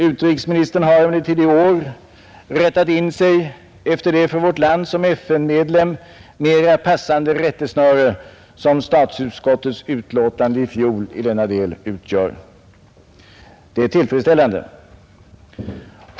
Utrikesministern har emellertid i år rättat in sig efter det för vårt land som FN-medlem mera passande rättesnöre som statsutskottets utlåtande i fjol i denna del utgör. Det är tillfredsställande.